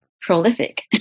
prolific